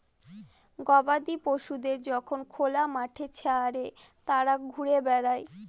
গবাদি পশুদের যখন খোলা মাঠে ছেড়ে তারা ঘুরে বেড়ায়